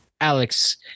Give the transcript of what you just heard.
Alex